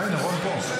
הינה, רון פה.